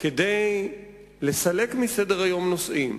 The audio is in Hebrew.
כדי לסלק מסדר-היום נושאים,